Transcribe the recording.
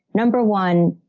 number one,